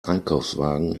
einkaufswagen